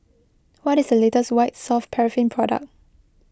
what is the latest White Soft Paraffin Product